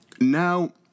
Now